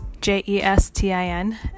J-E-S-T-I-N